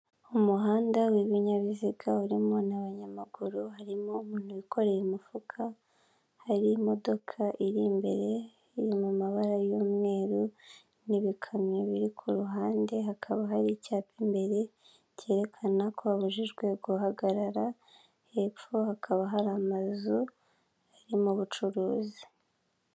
Umuhanda w'ibinyabiziga, urimo n'abanyamaguru, harimo umuntu wikoreye imifuka, hari imodoka iri imbere, iri mu mabara y'umweru, n'ibikamyo biri ku ruhande, hakaba hari icyapa imbere cyerekana ko habujijwe guhagarara, hepfo hakaba hari amazu arimo ubucuruzi.